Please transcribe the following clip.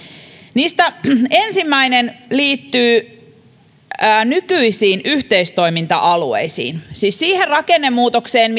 niistä ensimmäinen liittyy nykyisiin yhteistoiminta alueisiin siis siihen rakennemuutokseen